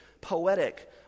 poetic